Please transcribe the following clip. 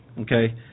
Okay